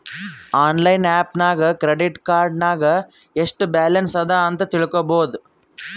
online app ನಾಗ್ credit card ನಾಗ್ ಎಸ್ಟ್ ಬ್ಯಾಲನ್ಸ್ ಅದಾ ಅಂತ್ ತಿಳ್ಕೊಬೋದು